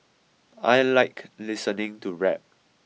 I like listening to rap